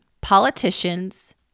Politicians